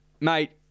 Mate